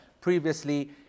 Previously